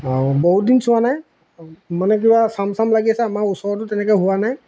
বহুত দিন চোৱা নাই মানে কিবা চাম চাম লাগি আছে আমাৰ ওচৰতো তেনেকৈ হোৱা নাই